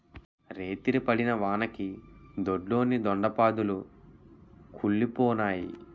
రేతిరి పడిన వానకి దొడ్లోని దొండ పాదులు కుల్లిపోనాయి